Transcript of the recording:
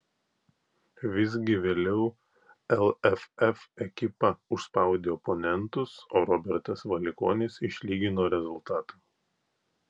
visgi vėliau lff ekipa užspaudė oponentus o robertas valikonis išlygino rezultatą